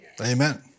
amen